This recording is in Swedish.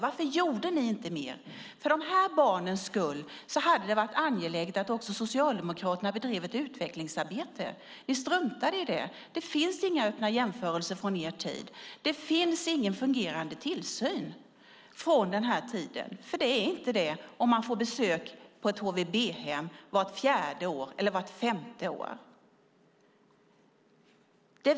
Varför gjorde ni inte mer? Det hade varit angeläget att Socialdemokraterna hade bedrivit ett utvecklingsarbete för de här barnens skull. Ni struntade i det. Det finns inga öppna jämförelser från er tid. Det finns ingen fungerande tillsyn från er tid. Det blir inte det om man får besök på ett HVB-hem vart fjärde eller femte år.